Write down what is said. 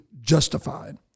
justified